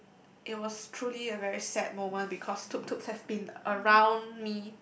it was truly a very sad moment because Tutu has been around me